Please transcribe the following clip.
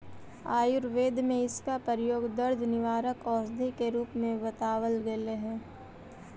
आयुर्वेद में इसका प्रयोग दर्द निवारक औषधि के रूप में बतावाल गेलई हे